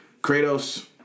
Kratos